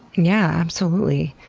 yeah, absolutely.